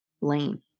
lane